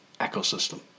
ecosystem